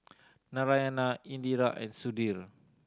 Narayana Indira and Sudhir